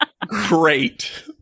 Great